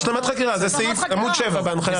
--- השלמת חקירה, זה עמ' 7 בהנחיה.